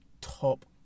top